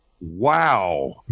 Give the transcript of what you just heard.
Wow